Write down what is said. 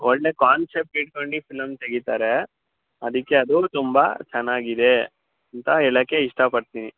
ಒಳ್ಳೆಯ ಕಾನ್ಸೆಪ್ಟ್ ಇಟ್ಕೊಂಡು ಫಿಲಮ್ ತೆಗಿತಾರೆ ಅದಕ್ಕೆ ಅದು ತುಂಬ ಚೆನ್ನಾಗಿದೆ ಅಂತ ಹೇಳಕ್ಕೆ ಇಷ್ಟಪಡ್ತೀನಿ